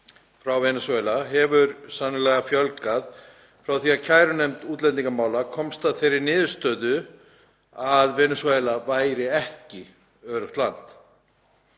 frá Venesúela hefur sannarlega fjölgað frá því að kærunefnd útlendingamála komst að þeirri niðurstöðu að Venesúela væri ekki öruggt land.